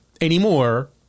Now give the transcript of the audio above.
anymore